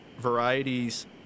varieties